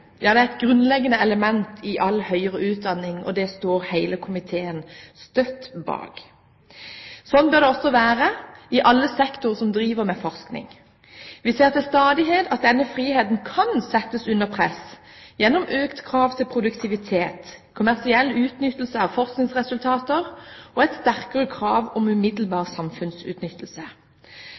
ja det er et grunnleggende element i all høyere utdanning, og det står hele komiteen støtt bak. Slik bør det også være i alle sektorer som driver med forskning. Vi ser til stadighet at denne friheten kan settes under press gjennom økt krav til produktivitet, kommersiell utnyttelse av forskningsresultater og et sterkere krav om umiddelbar samfunnsutnyttelse.